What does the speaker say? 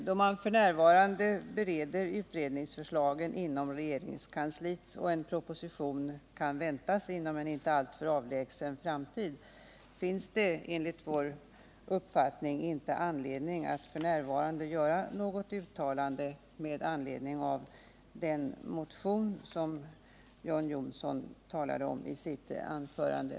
Då utredningsförslagen f. n. bereds inom regeringskansliet och en proposition kan väntas inom en inte alltför avlägsen framtid finns det enligt vår uppfattning inte anledning att nu göra något uttalande med anledning av den motion som John Johnsson talade om i sitt anförande.